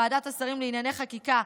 ועדת השרים לענייני חקיקה,